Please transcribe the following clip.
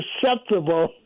susceptible